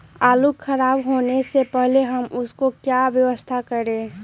आलू खराब होने से पहले हम उसको क्या व्यवस्था करें?